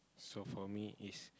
so for me is